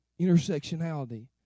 intersectionality